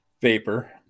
vapor